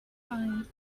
find